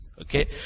Okay